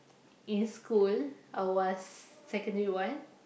in school I was secondary one